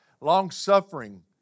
long-suffering